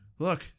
Look